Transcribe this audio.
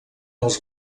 els